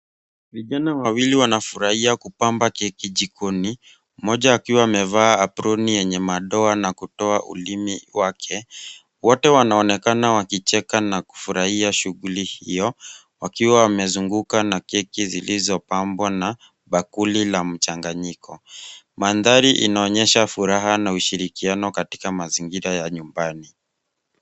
Vijana wawili wanafurahia kupamba keki jikoni moja akiwa amevaa aproni yenye madoa na kutoa ulimi wake. Wote wanaonekana wakicheka na kufurahia shughuli hiyo wakiwa wamezunguka na keki zilizopambwa na bakuli la mchanganyiko. Mandhari inaonyesha furaha na ushirikiano katika mazingira ya nyumbani.